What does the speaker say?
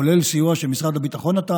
כולל סיוע שמשרד הביטחון נתן,